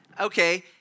Okay